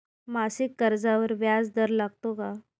मासिक कर्जावर व्याज दर लागतो का?